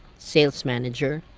sales manager,